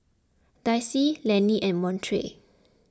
Dayse Lenny and Montrell